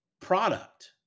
product